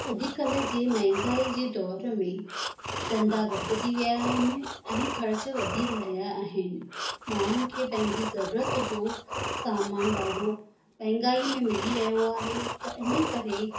अॼुकाल्ह जे महांगाई जे दौर में धंधा घटिजी विया आहिन ऐं ख़र्चु वधी रहिया आहिनि माण्हूनि खे पंहिंजी ज़रूरत जो सामान ॾाढो महांगाई में मिली रहियो आहे त इन करे